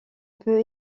peut